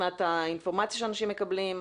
מבחינתך האינפורמציה שאנשים מקבלים?